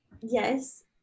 yes